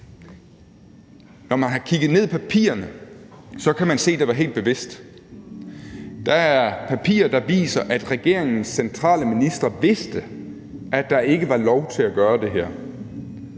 Når man kigger ned i papirerne, kan man se, at det var helt bevidst. Der er papirer, der viser, at regeringens centrale ministre vidste, at der ikke var lov til at gøre det her.